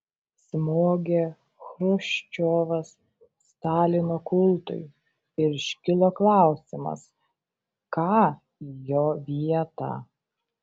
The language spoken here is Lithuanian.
smogė chruščiovas stalino kultui ir iškilo klausimas ką į jo vietą